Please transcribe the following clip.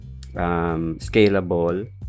scalable